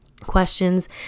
Questions